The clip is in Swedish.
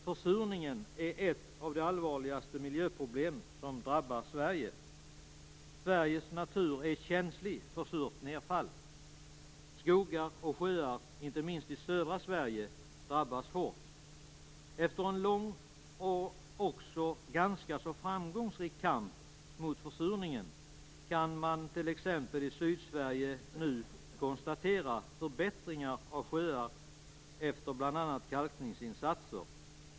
Försurningen är ett av de allvarligaste miljöproblem som drabbar Sverige. Sveriges natur är känslig för surt nedfall. Skogar och sjöar, inte minst i södra Sverige, drabbas hårt. Efter en lång och också ganska framgångsrik kamp mot försurningen kan man t.ex. i Sydsverige nu konstatera förbättringar av sjöar, efter bl.a. kalkningsinsatser.